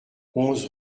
onze